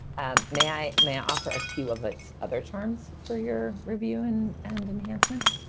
and may i may offer a few of its other terms for your review and and enhancement,